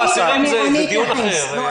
אסירים זה דיון אחר.